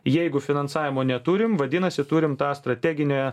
jeigu finansavimo neturim vadinasi turim tą strateginę